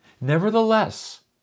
Nevertheless